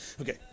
Okay